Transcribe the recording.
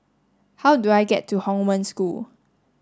how do I get to Hong Wen School